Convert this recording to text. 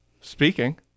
speaking